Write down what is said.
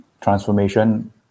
Transformation